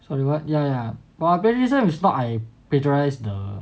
sorry what ya ya but plagiarism is not I plagiarise the